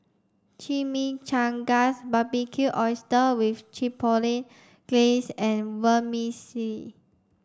Chimichangas Barbecued Oysters with Chipotle Glaze and Vermicelli